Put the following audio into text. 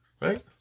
right